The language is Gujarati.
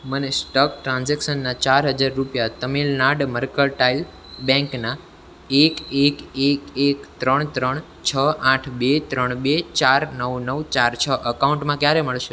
મને સ્ટક ટ્રાન્ઝેક્શનના ચાર હજાર રૂપિયા તમિલનાડ મર્કન્ટાઈલ બેંકના એક એક એક એક ત્રણ ત્રણ છ આઠ બે ત્રણ બે ચાર નવ નવ નવ ચાર છ અકાઉન્ટમાં ક્યારે મળશે